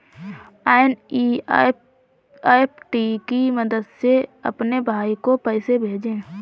NEFT की मदद से अपने भाई को पैसे भेजें